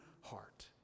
heart